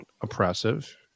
oppressive